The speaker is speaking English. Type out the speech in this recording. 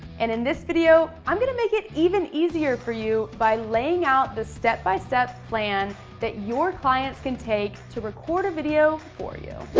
and in this video, i'm gonna make it even easier for you by laying out the step-by-step plan that your clients can take to record a video for you.